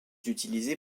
utilisé